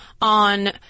on